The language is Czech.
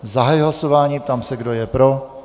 Zahajuji hlasování, ptám se, kdo je pro.